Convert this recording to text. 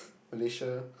Malaysia